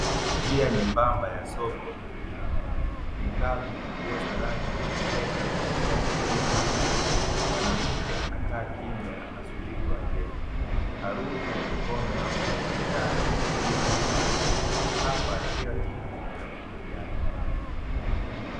Njia nyembamba ya soko ina ng’aa, vikapu nguo za rangi na mikeka vimejaa kila upande, Mwanamke anakaa kimya anasubiri wateja, harufu ya mikono ya wafanyabiashara inaruka miwani, hapa kila kitu kina hadithi yake.